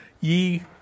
Ye